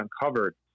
uncovered